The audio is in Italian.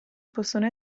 possono